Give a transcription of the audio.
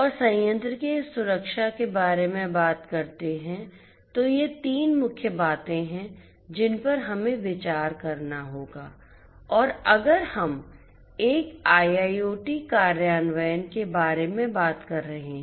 और संयंत्र में सुरक्षा के बारे में बात करते हैं तो ये 3 मुख्य बातें हैं जिन पर हमें विचार करना होगा अगर हम एक IIoT कार्यान्वयन के बारे में बात कर रहे हैं